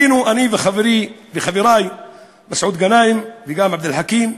היינו אני וחברי מסעוד גנאים וגם עבד אל חכים,